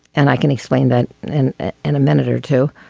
and i can explain that in and a minute or two.